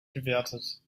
gewertet